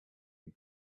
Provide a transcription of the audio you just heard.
and